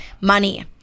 money